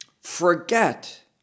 forget